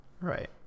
Right